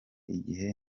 igihe